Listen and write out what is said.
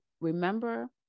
remember